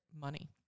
money